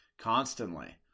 constantly